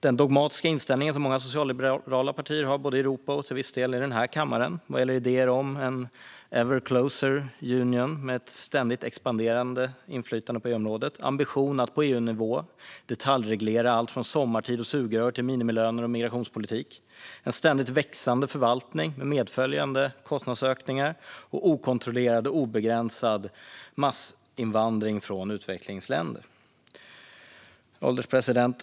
Den dogmatiska inställning som vissa socialliberala partier har, både i Europa och till viss del i den här kammaren, gäller idéer om en ever closer union med ett ständigt expanderande inflytande på EU-området, ambitionen att på EU-nivå detaljreglera allt från sommartid och sugrör till minimilöner och migrationspolitik, en ständigt växande förvaltning med medföljande kostnadsökningar och okontrollerad och obegränsad massinvandring från utvecklingsländer. Herr ålderspresident!